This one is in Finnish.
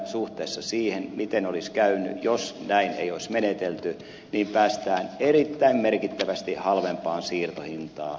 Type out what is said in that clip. suhteessa siihen miten olisi käynyt jos näin ei olisi menetelty päästään erittäin merkittävästi halvempaan siirtohintaan